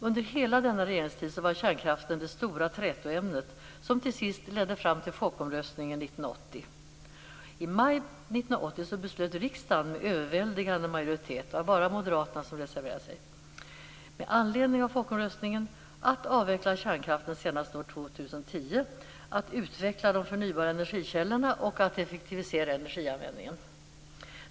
Under hela denna regeringstid var kärnkraften det stora trätoämnet, som till sist ledde fram till folkomröstningen 1980. I maj 1980 beslöt riksdagen med en överväldigande majoritet - det var bara moderaterna som reserverade sig - att med anledning av folkomröstningen avveckla kärnkraften senast år 2010, att utveckla de förnybara energikällorna och att effektivisera energianvändningen.